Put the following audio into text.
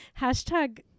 hashtag